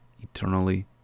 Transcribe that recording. Eternally